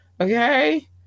Okay